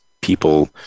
people